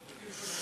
כבר.